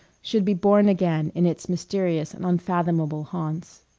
should be born again in its mysterious and unfathomable haunts.